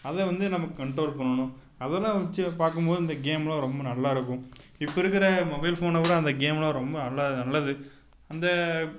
அதை வந்து நமக்கு கண்ட்ரோல் பண்ணனும் அதெல்லாம் வச்சு பார்க்கும் போது இந்த கேம்லாம் ரொம்ப நல்லா இருக்கும் இப்போது இருக்கிற மொபைல் ஃபோன் விட அந்த கேம்லாம் ரொம்ப நல்லா நல்லது அந்த